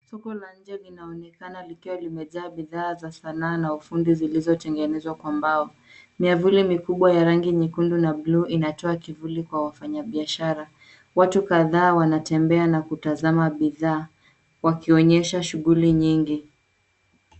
Soko la nje linaonekana likiwa limejaa bidhaa za sanaa na ufundi zilizotengenezwa kwa mbao. Miavuli mikubwa ya rangi nyekundu na bluu inatoa kivuli kwa wafanyibiashara, watu kadhaa wanatembea na kutazama bidhaa wakionyesha shughuli nyingi.